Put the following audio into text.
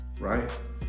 right